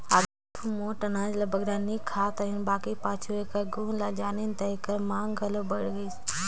आघु मोट अनाज ल बगरा नी खात रहिन बकि पाछू एकर गुन ल जानिन ता एकर मांग घलो बढ़त गइस